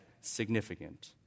significant